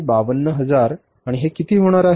252 हजार आणि हे किती होणार आहे